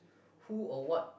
who or what